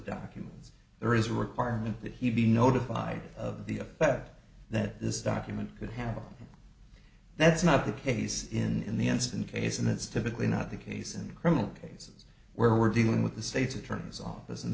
documents there is a requirement that he be notified of the effect that this document could handle that's not the case in the instant case and it's typically not the case in criminal cases where we're dealing with the state's attorney's office and